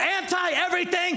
anti-everything